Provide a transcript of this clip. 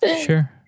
Sure